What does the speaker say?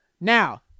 Now